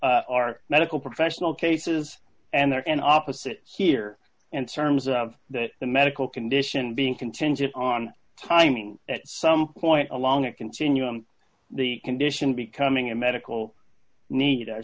are medical professional cases and there are an opposite here and sermons of that the medical condition being contingent on timing at some point along a continuum the condition becoming a medical need a